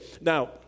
Now